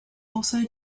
also